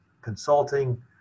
consulting